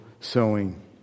sowing